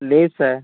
లేదు సార్